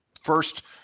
first